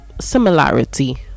similarity